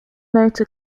motor